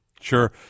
Sure